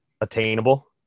attainable